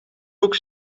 ook